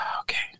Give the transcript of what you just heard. okay